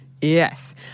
Yes